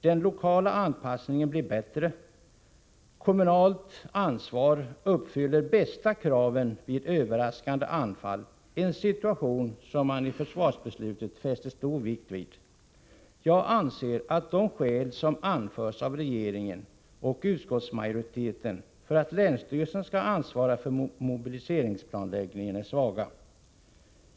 Den lokala anpassningen blir bättre. Ett kommunalt ansvar uppfyller bäst kraven vid överraskande anfall. Det var ett förhållande som man i försvarsbeslutet fäste stor vikt vid. Jag anser att de skäl som anförs av regeringen och utskottsmajoriteten för att länsstyrelsen skall ansvara för mobiliseringsplanläggningen är svaga.